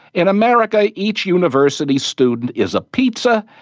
in america, each university student is a pizza,